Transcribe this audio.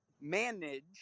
manage